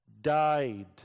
died